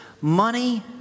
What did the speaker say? money